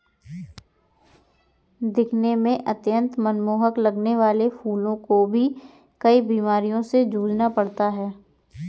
दिखने में अत्यंत मनमोहक लगने वाले फूलों को भी कई बीमारियों से जूझना पड़ता है